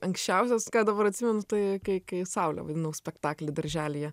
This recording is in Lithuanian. anksčiausias kad dabar atsimenu tai kai kai saulę vaidinau spektakly darželyje